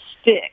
stick